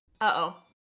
Uh-oh